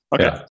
okay